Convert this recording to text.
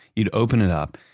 you'd open it up,